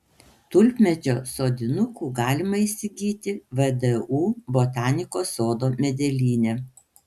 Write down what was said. tulpmedžio sodinukų galima įsigyti vdu botanikos sodo medelyne